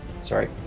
Sorry